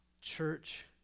church